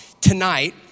tonight